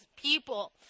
people